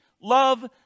love